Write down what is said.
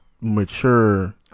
mature